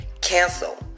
cancel